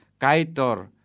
Kaitor